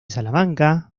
salamanca